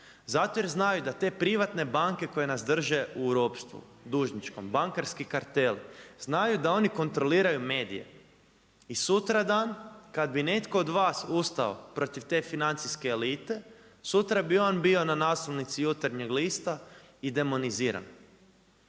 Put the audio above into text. Zato jer znaju da te privatne banke koje nas drže u ropstvu, dužničkom. Bankarski karteli, znaju da oni kontroliraju medije, i sutra dan, kad bi netko od vas ustao protiv te financijske elite, sutra bi on bio na naslovnici Jutarnjeg lista i demoniziran.